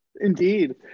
indeed